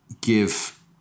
give